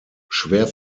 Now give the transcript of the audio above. schwer